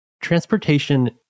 transportation